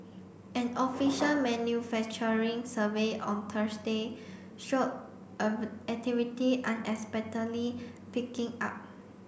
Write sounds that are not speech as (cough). an official manufacturing survey on Thursday showed (unintelligible) activity unexpectedly picking up